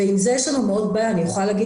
יש לנו עם זה בעיה גדולה.